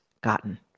gotten